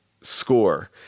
score